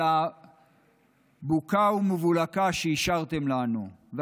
על הבוקה ומבולקה שהשארתם שלנו,